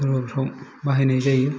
हाबाफ्राव बाहायनाय जायो